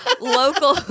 Local